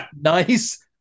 nice